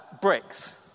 bricks